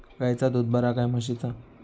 गायचा दूध बरा काय म्हशीचा?